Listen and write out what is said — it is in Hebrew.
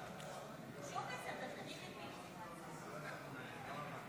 אני קובע כי הצעת חוק שירותי הדת היהודיים (תיקון מס'